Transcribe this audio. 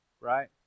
right